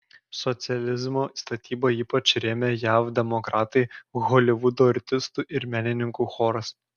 socializmo statybą ypač rėmė jav demokratai holivudo artistų ir menininkų choras